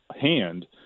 hand